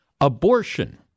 Abortion